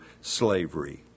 slavery